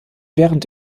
während